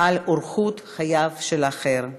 של אורחות חייו של האחר.